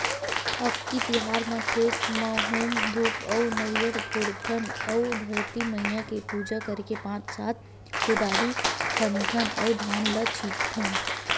अक्ती तिहार म खेत म हूम धूप अउ नरियर फोड़थन अउ धरती मईया के पूजा करके पाँच सात कुदरी खनथे अउ धान ल छितथन